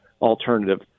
alternative